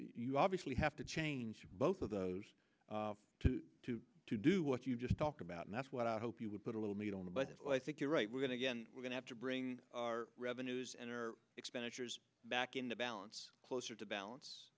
you obviously have to change both of those to do what you've just talked about and that's what i hope you would put a little meat on but i think you're right we're going to get we're going have to bring our revenues and our expenditures back into balance closer to balance